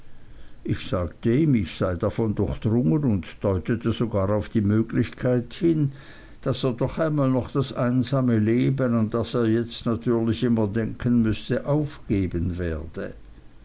ich sagte ihm ich sei davon durchdrungen und deutete sogar auf die möglichkeit hin daß er doch einmal noch das einsame leben an das er jetzt natürlich immer denken müßte aufgeben werde